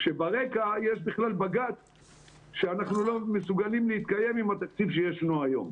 כשברקע יש בכלל מצב שאנחנו לא מסוגלים להתקיים עם התקציב שיש לנו היום.